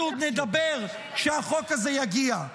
אנחנו עוד נדבר כשהחוק הזה יגיע.